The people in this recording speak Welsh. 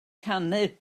canu